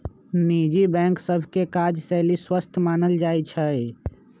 निजी बैंक सभ के काजशैली स्वस्थ मानल जाइ छइ